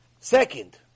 Second